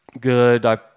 good